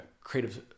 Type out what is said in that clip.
creative